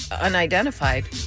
unidentified